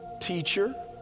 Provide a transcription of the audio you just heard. Teacher